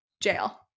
Jail